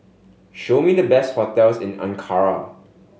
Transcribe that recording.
show me the best hotels in Ankara